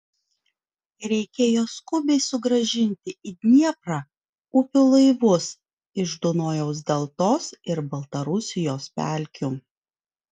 reikėjo skubiai sugrąžinti į dnieprą upių laivus iš dunojaus deltos ir baltarusijos pelkių